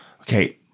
Okay